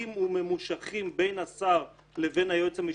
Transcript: וממושכים בין השר לבין היועץ המשפטי,